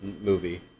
movie